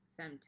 femtech